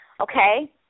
Okay